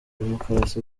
demokarasi